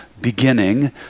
beginning